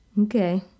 Okay